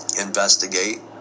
investigate